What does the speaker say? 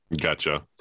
Gotcha